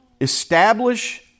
establish